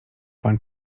pan